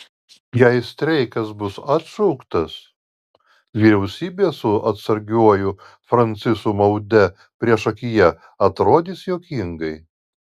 jei streikas bus atšauktas vyriausybė su atsargiuoju francisu maude priešakyje atrodys juokingai